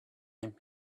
long